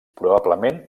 probablement